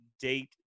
date